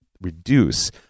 reduce